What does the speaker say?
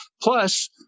Plus